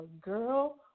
girl